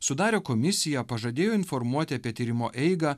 sudarė komisiją pažadėjo informuoti apie tyrimo eigą